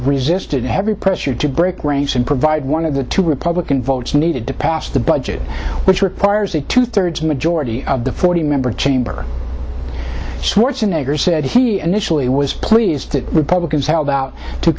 resisted heavy pressure to break ranks and provide one of the two republican votes needed to pass the budget which requires a two thirds majority of the forty member chamber schwarzenegger said he initially was pleased that republicans held out to